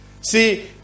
See